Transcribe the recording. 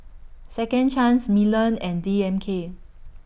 Second Chance Milan and D M K